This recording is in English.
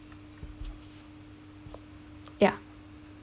yeah